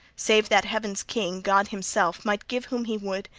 save that heaven's king, god himself, might give whom he would,